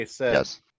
Yes